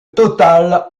total